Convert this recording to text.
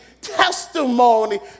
testimony